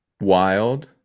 wild